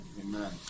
amen